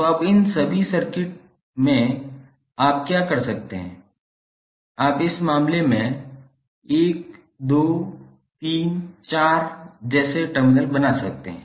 तो अब इन सभी सर्किट में आप क्या कर सकते हैं आप इस मामले में 1 2 3 4 जैसे टर्मिनल बना सकते हैं